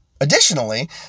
Additionally